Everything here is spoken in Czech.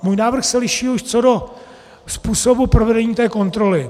Můj návrh se liší už co do způsobu provedení kontroly.